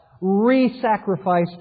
re-sacrificed